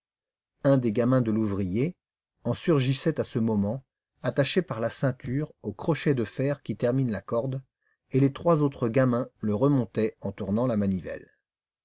un des gamins de l'ouvrier en surgissait à ce moment attaché par la ceinture au crochet de fer qui termine la corde et les trois autres gamins le remontaient en tournant la manivelle